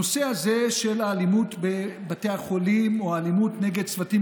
הנושא הזה של אלימות בבתי החולים או האלימות נגד צוותים